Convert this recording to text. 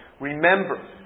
remember